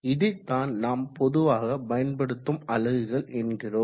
இதைதான் நாம் பொதுவாக பயன்படுத்தப்படும் அலகுகள் என்கிறோம்